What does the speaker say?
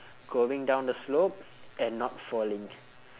going down the slope and not falling